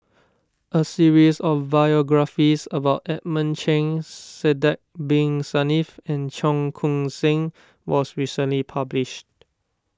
a series of biographies about Edmund Cheng Sidek Bin Saniff and Cheong Koon Seng was recently published